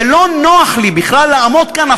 ולא נוח לי בכלל לעמוד כאן,